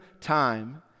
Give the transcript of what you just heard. time